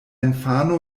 infano